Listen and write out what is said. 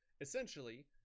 essentially